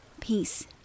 peace